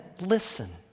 listen